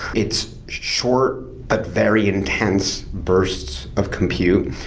it's short but very intense bursts of compute,